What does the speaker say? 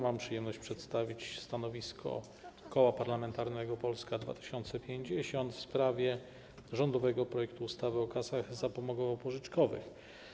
Mam przyjemność przedstawić stanowisko Koła Parlamentarnego Polska 2050 w sprawie rządowego projektu ustawy o kasach zapomogowo-pożyczkowych.